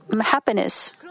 happiness